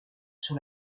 sur